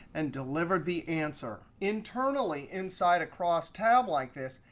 and delivered the answer. internally inside a crosstab like this,